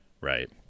right